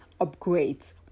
upgrades